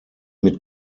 mit